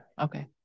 Okay